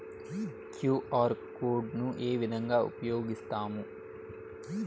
QR code ను ఏ విధంగా ఉపయగిస్తాము?